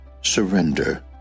surrender